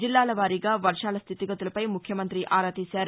జిల్లాలవారీగా వర్వాల స్థితిగతులపై ముఖ్యమంతి ఆరా తీశారు